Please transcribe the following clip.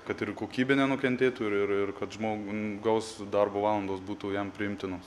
kad ir kokybė nenukentėtų ir ir ir kad žmogaus darbo valandos būtų jam priimtinos